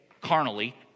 carnally